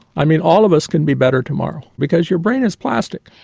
i mean all of us can be better tomorrow, because your brain is plastic.